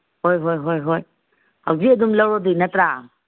ꯍꯣꯏ ꯍꯣꯏ ꯍꯣꯏ ꯍꯣꯏ ꯍꯧꯖꯤꯛ ꯑꯗꯨꯝ ꯂꯧꯔꯗꯣꯏ ꯅꯠꯇ꯭ꯔꯥ